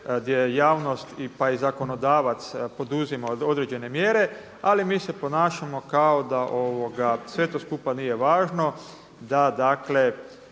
je javnost pa i zakonodavac poduzima određene mjere, ali mi se ponašamo kao da sve to skupa nije važno, da